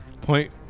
Point